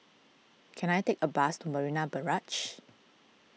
can I take a bus to Marina Barrage